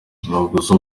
baguze